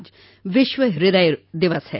आज विश्व हृदय दिवस है